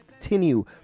continue